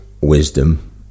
wisdom